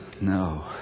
No